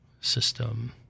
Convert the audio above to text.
system